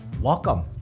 Welcome